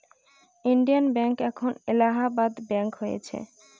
Indian bank এখন Allahabad bank হয়েছে